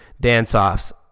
dance-offs